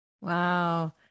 Wow